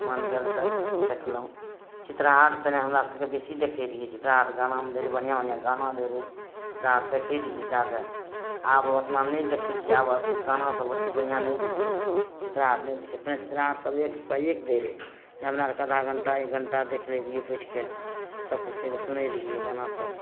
मन भेल तऽ देखलहुँ चित्रहार पहिने हमरा सबके बेसी देखैत रहियै चित्रहार गानामे दै रहै बढ़िआँ बढ़िआँ गाना दै रहै चित्रहार देखै रहियै जादा आब ओतना नहि देखै छियै आब गाना सब ओते बढ़िआँ नहि दै छै चित्रहार नहि दै छै पहिने चित्रहार सब एक पर एक दै रहै जे हमरा आर कऽ आधा घंटा एक घंटा देखि लै रहियै बैठके सबकिछु सुनै रहियै गाना सब